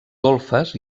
golfes